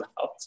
out